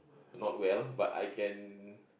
not well but I can